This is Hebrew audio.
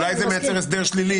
אולי זה מייצר הסדר שלילי.